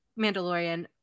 mandalorian